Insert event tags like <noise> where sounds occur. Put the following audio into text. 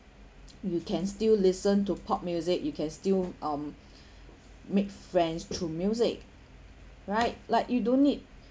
<noise> you can still listen to pop music you can still um <breath> make friends through music right like you don't need <breath>